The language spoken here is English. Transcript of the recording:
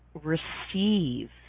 receive